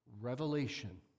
Revelation